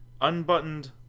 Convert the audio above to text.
unbuttoned